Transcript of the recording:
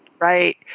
Right